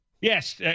Yes